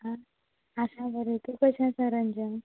आं आसा बरें तूं कशें आसा रंजन